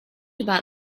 about